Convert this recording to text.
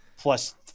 plus